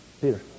Peter